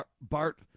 Bart